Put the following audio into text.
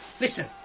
Listen